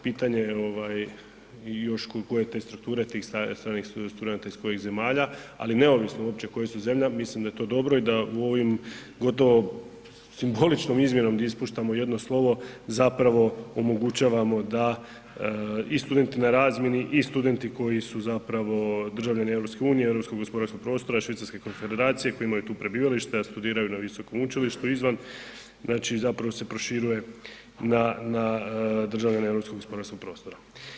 Pitanje i još koje te strukture tih stranih studenata iz kojih zemalja, ali neovisno uopće koje su zemlje, mislim da je to dobro i da u ovim gotovo simboličnom izmjenom ispuštamo jedno slovo zapravo omogućavamo da i studenti na razmjeni i studenti koji su zapravo državljani EU, europskog gospodarskog prostora, Švicarske Konfederacije, koji imaju tu prebivalište jer studiraju na visokom učilištu izvan, znači zapravo se proširuje na državljane europskog gospodarskog prostora.